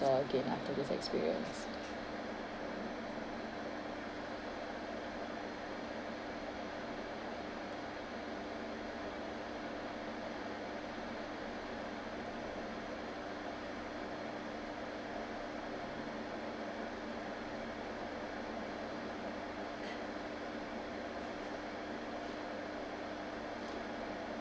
store again after this experience